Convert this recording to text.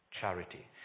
charity